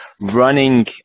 running